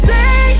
Say